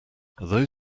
although